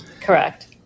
Correct